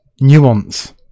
nuance